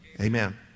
Amen